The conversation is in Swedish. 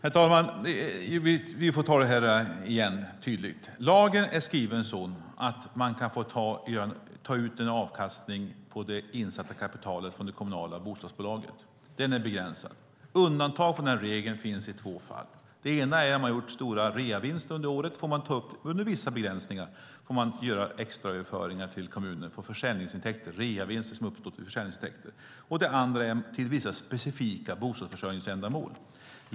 Herr talman! Jag ska upprepa detta tydligt. Lagen är skriven så att man kan få ta ut en avkastning på det insatta kapitalet från det kommunala bostadsbolaget. Detta är begränsat. Undantag från denna regel finns i två fall. Det ena är att om man har gjort stora reavinster under året får man, under vissa begränsningar, göra extraöverföringar till kommuner från reavinster som har uppstått vid försäljningsintäkter. Det andra är om det går till vissa specifika bostadsförsörjningsändamål.